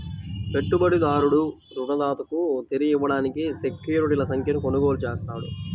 పెట్టుబడిదారుడు రుణదాతకు తిరిగి ఇవ్వడానికి సెక్యూరిటీల సంఖ్యను కొనుగోలు చేస్తాడు